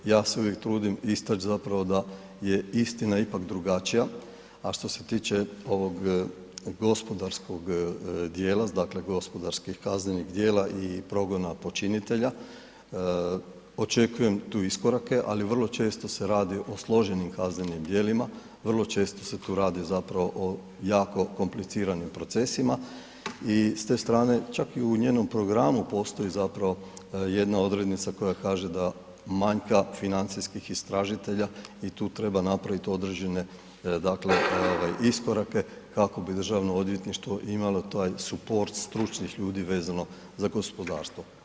Ja se uvijek trudim istaći zapravo da je istina ipak drugačija, a što se tiče ovog gospodarskog dijela, dakle gospodarskih kaznenih djela i progona počinitelja, očekujem tu iskorake ali vrlo često se radi o složenim kaznenim djelima, vrlo često se tu radi zapravo o jako kompliciranim procesima i s te strane čak i u njenom programu postoji zapravo jedna odrednica koja kaže da manjka financijskih istražitelja i tu treba napraviti određene dakle ovaj iskorake kako bi Državno odvjetništvo imalo taj suport stručnih ljudi vezano za gospodarstvo.